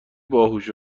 باهوش